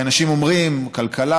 אנשים אומרים: כלכלה,